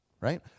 right